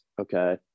Okay